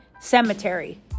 cemetery